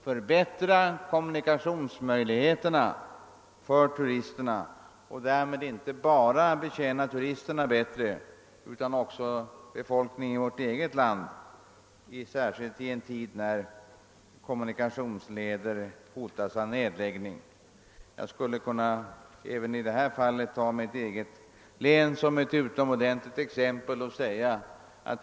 Förbättrade kommunikationer skulle naturligtvis inte bara betjäna de utländska turisterna bättre utan även den bofasta befolkningen. Att denna fråga uppmärksammas är särskilt betydelsefullt i en tid när kommunikationsleder hotas av nedläggning. Även i detta fall utgör mitt eget län ett utomordentligt exempel.